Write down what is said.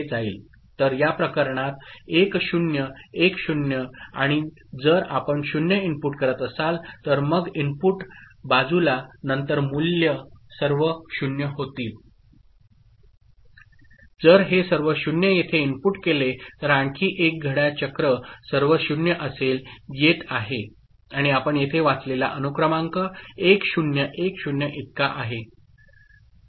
तर या प्रकरणात 1 0 1 0 आणि जर आपण 0 इनपुट करत असाल तर मग इनपुट बाजूला नंतर मूल्ये सर्व 0 होतील जर हे सर्व 0 येथे इनपुट केले तर आणखी एक घड्याळ चक्र सर्व 0 असेल येत आहे आणि आपण येथे वाचलेला अनुक्रमांक 1010 इतका आहे